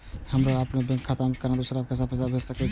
हमरो अपने बैंक खाता से केना दुसरा देश पैसा भेज सके छी?